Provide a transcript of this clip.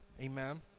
Amen